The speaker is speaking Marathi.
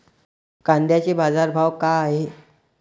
कांद्याचे बाजार भाव का हाये?